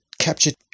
captured